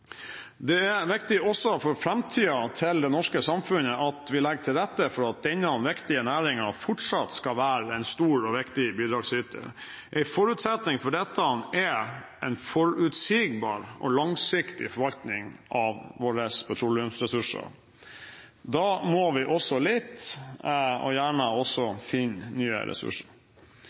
Det er viktig også for framtiden til det norske samfunnet at vi legger til rette for at denne viktige næringen fortsatt skal være en stor og viktig bidragsyter. En forutsetning for dette er en forutsigbar og langsiktig forvaltning av våre petroleumsressurser. Da må vi også lete etter – og gjerne også finne – nye ressurser.